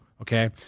Okay